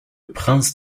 prince